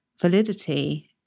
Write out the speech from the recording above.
validity